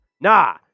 Nah